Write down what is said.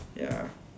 ya